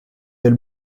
del